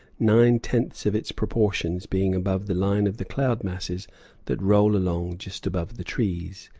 nine-tenths of its proportions being above the line of the cloud-masses that roll along just above the trees.